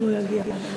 אם הוא יגיע עד אז.